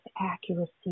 accuracy